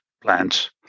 plants